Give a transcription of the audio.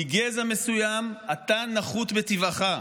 מגזע מסוים, אתה נחות מטבעך,